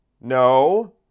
no